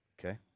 okay